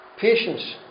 patience